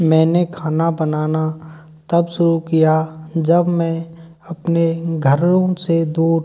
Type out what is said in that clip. मैंने खाना बनाना तब शुरू किया जब मैं अपने घरों से दूर